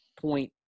point